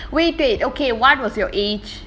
wait wait okay what was your age